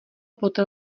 poté